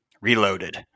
Reloaded